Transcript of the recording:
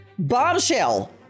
Bombshell